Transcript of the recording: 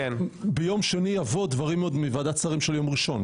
ביום שני יגיעו דברים עוד מוועדת שרים של יום ראשון.